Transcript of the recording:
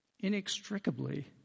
inextricably